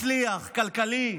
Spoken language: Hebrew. מצליח, כלכלי,